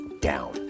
down